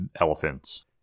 elephants